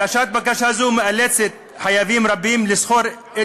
הגשת בקשה זו מאלצת חייבים רבים לשכור את